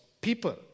people